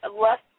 left